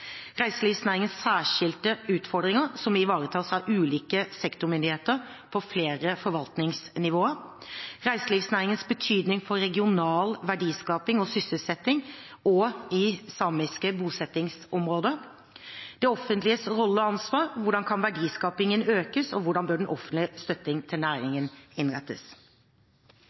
reiselivsnæringens særskilte utfordringer, som ivaretas av ulike sektormyndigheter på flere forvaltningsnivåer reiselivsnæringens betydning for regional verdiskaping og sysselsetting òg i samiske bosettingsområder det offentliges roller og ansvar – hvordan kan verdiskapingen økes, og hvordan bør den offentlige støtten til